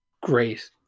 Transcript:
great